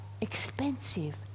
expensive